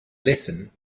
listen